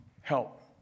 help